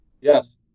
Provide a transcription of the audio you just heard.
Yes